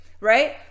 Right